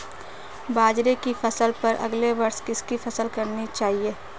बाजरे की फसल पर अगले वर्ष किसकी फसल करनी चाहिए?